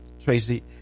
Tracy